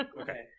Okay